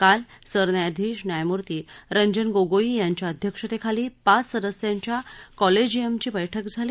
काल सरन्यायाधीश न्यायमूर्ती रंजन गोगोई यांच्या अध्यक्षतेखाली पाच सदस्यांच्या कॉलेजियमची बैठक झाली